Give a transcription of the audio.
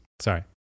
Sorry